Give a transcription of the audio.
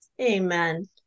Amen